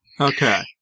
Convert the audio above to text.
Okay